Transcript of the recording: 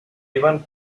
iban